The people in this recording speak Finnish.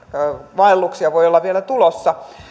vaelluksia voi olla vielä tulossa